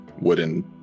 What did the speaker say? wooden